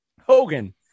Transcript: Hogan